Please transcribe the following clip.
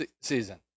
season